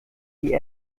die